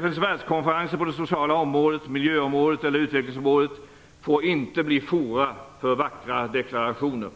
FN:s världskonferenser på det sociala området, miljöområdet eller utvecklingsområdet får inte bli fora för vackra deklarationer.